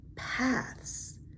paths